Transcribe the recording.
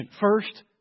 First